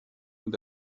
und